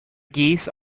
geese